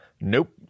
Nope